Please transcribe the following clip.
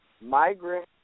migrant